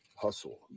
Hustle